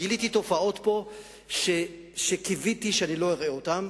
גיליתי פה תופעות שקיוויתי שלא אראה אותן,